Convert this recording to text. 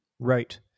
Right